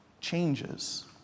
changes